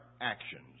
actions